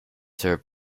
served